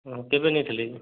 ହଁ କେବେ ନେଇଥିଲେ କି